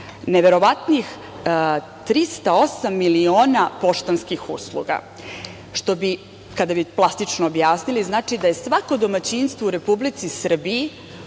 neverovatnih 308 miliona poštanskih usluga, što bi, kada bi plastično objasnili, znači da je svako domaćinstvo u Republici Srbiji